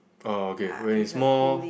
orh okay when it's more